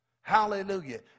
Hallelujah